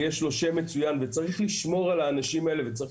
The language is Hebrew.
שיש לו שם מצוין וצריך לשמור על האנשים האלה וצריך